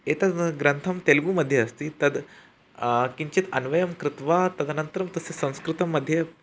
एतद् ग्रन्थः तेलुगु मध्ये अस्ति तद् किञ्चित् अन्वयं कृत्वा तदनन्तरं तस्य संस्कृतं मध्ये